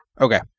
Okay